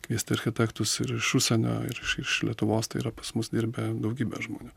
kviesti architektus ir iš užsienio ir iš lietuvos tai yra pas mus dirbę daugybė žmonių